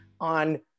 on